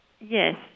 Yes